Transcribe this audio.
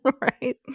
Right